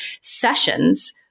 sessions